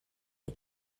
les